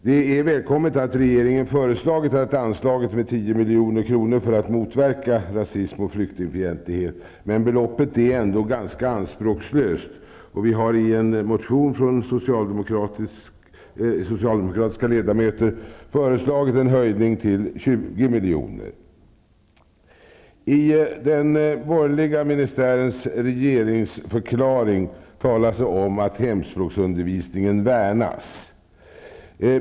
Det är välkommet att regeringen föreslagit ett anslag på 10 milj.kr. för att motverka rasism och flyktingfientlighet, men beloppet är ändå ganska anspråkslöst. Vi har i en motion från socialdemokratiska ledamöter föreslagit en höjning till 20 miljoner. I den borgerliga ministärens regeringsförklaring talas det om att hemspråksundervisningen värnas.